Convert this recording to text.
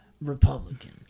Republican